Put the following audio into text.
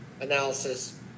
analysis